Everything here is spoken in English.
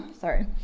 sorry